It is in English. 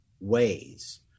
ways